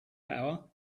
power